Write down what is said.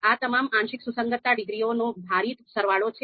આ તમામ આંશિક સુસંગતતા ડિગ્રીઓનો ભારિત સરવાળો છે